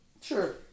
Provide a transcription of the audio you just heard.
Sure